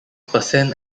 percent